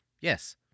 Yes